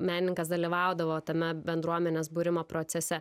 menininkas dalyvaudavo tame bendruomenės būrimo procese